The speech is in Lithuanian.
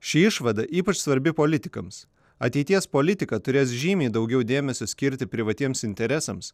ši išvada ypač svarbi politikams ateities politika turės žymiai daugiau dėmesio skirti privatiems interesams